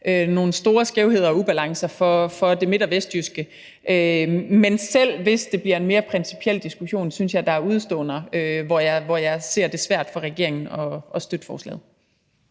nogle store skævheder og ubalancer for det midt- og vestjyske. Men selv hvis det bliver en mere principiel diskussion, synes jeg, at der er udeståender, hvor jeg ser det som værende svært for regeringen at støtte forslaget.